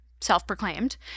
self-proclaimed